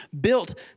built